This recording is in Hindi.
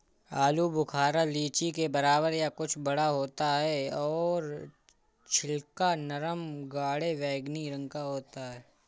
आलू बुखारा लीची के बराबर या कुछ बड़ा होता है और छिलका नरम गाढ़े बैंगनी रंग का होता है